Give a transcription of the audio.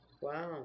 Wow